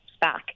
back